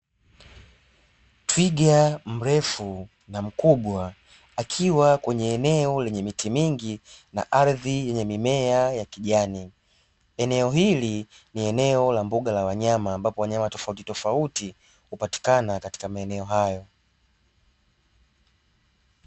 Twiga mrefu na mkubwa akiwa kwenye eneo lenye miti mingi na ardhi yenye mimea ya kijani, eneo hili ni eneo la mbuga ya wanyama ambapo wanyama tofautitofauti hupatikana katika maeneo hayo.